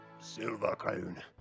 Silvercrown